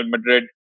Madrid